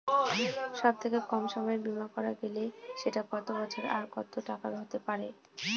সব থেকে কম সময়ের বীমা করা গেলে সেটা কত বছর আর কত টাকার হতে পারে?